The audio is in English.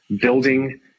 building